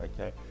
okay